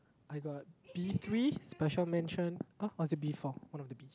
I got B-three special mention ah or is it B-four one of the Bs